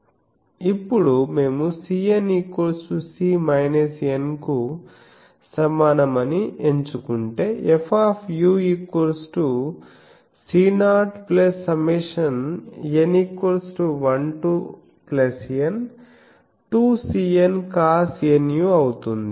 ఇప్పుడు మేము Cn C n కు సమానమని ఎంచుకుంటే F C0 Σn1 to N2Cn cosnu అవుతుంది